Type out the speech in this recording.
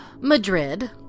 Madrid